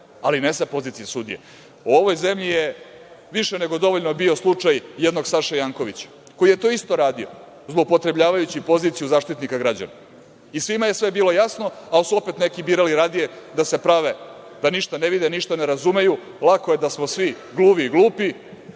ali ne sa pozicije sudije. U ovoj zemlji je više nego dovoljno bio slučaj jednog Saše Jankovića koji je to isto radio zloupotrebljavajući poziciju Zaštitnika građana. I svima je sve bilo jasno, ali su opet neki birali radije da se prave da ništa ne vide, ništa ne razumeju, lako je da smo svi gluvi i glupi